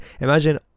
imagine